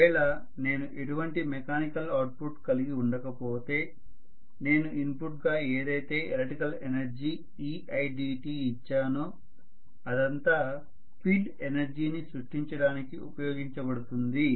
ఒకవేళ నేను ఎటువంటి మెకానికల్ ఔట్పుట్ కలిగి ఉండకపోతే నేను ఇన్పుట్గా ఏదైతే ఎలక్ట్రికల్ ఎనర్జీ eidt ఇచ్చానో అదంతా ఫీల్డ్ ఎనర్జీని సృష్టించడానికి ఉపయోగించబడుతుంది